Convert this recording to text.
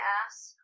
ask